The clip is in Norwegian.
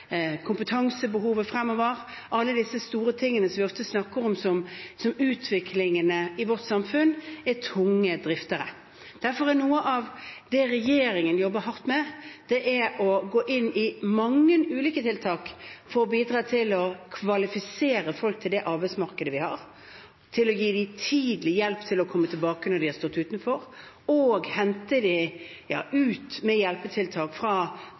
kompetansebehovet fremover – alle disse store tingene som vi ofte snakker om som utviklingen i vårt samfunn – er tunge driftere. Noe av det regjeringen derfor jobber hardt med, er å gå inn i mange ulike tiltak for å bidra til å kvalifisere folk til det arbeidsmarkedet vi har, til å gi dem tidlig hjelp til å komme tilbake når de har stått utenfor, og til å hente dem ut – med hjelpetiltak – fra